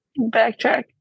backtrack